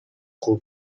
خوب